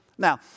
Now